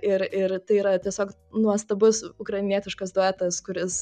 ir ir tai yra tiesiog nuostabus ukrainietiškas duetas kuris